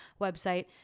website